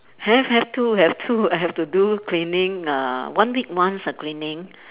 have have too have too I have to do cleaning uh one week once ah cleaning